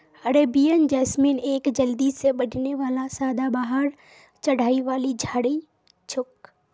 Arabian jasmine एक जल्दी से बढ़ने वाला सदाबहार चढ़ाई वाली झाड़ी छोक